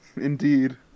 indeed